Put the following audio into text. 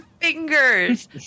fingers